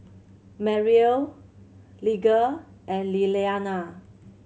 Mariel Lige and Liliana